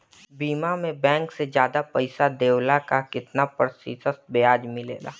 बीमा में बैंक से ज्यादा पइसा देवेला का कितना प्रतिशत ब्याज मिलेला?